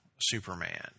Superman